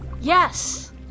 Yes